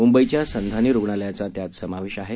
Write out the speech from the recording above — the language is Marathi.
मुंबईच्या संधानी रुग्णालयाचा त्यात समावेश आहे